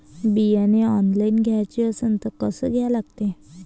बियाने ऑनलाइन घ्याचे असन त कसं घ्या लागते?